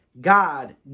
God